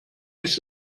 ist